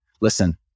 listen